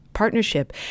partnership